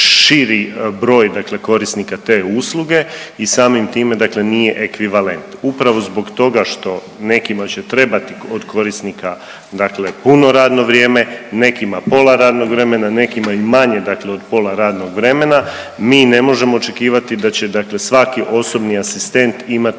širi broj dakle korisnika te usluge i samim time dakle nije ekvivalent. Upravo zbog toga što nekima će trebati od korisnika dakle puno radno vrijeme nekima pola radnog vremena, nekima i manje dakle od pola radnog vremena. Mi ne možemo očekivati da će dakle svaki osobni asistent imati